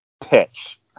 pitch